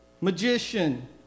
Magician